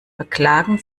verklagen